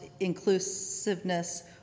inclusiveness